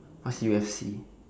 what's U_F_C